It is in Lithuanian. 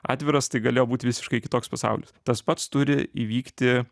atviras tai galėjo būti visiškai kitoks pasaulis tas pats turi įvykti